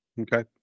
Okay